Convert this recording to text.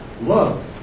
Love